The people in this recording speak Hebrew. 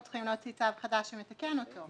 אנחנו צריכים להוציא צו חדש שמתקן אותו.